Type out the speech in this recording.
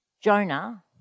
jonah